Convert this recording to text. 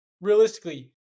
realistically